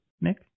Nick